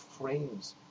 frames